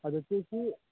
అది వచ్చేసి